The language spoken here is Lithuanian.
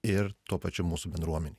ir tuo pačiu mūsų bendruomenei